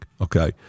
Okay